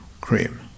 Cream